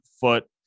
foot